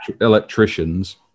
electricians